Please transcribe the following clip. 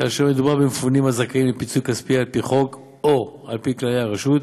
כאשר מדובר במפונים הזכאים לפיצוי כספי על פי חוק או על פי כללי הרשות,